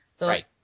Right